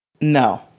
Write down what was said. No